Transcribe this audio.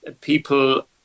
people